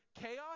chaos